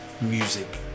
music